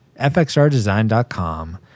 FXRDesign.com